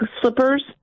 slippers